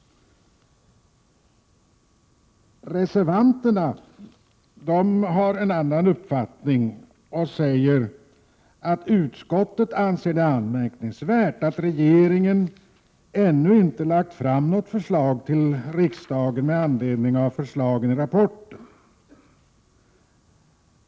Reservanterna har en annan uppfattning och säger: ”Utskottet anser det anmärkningsvärt att regeringen ännu inte lagt fram något förslag för riksdagen med anledning av förslagen i rapporten.